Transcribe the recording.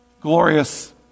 glorious